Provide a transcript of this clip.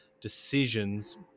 decisions